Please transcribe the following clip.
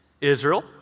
Israel